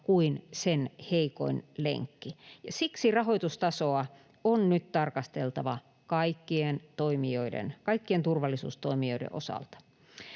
kuin sen heikoin lenkki. Siksi rahoitustasoa on nyt tarkasteltava kaikkien turvallisuustoimijoiden osalta.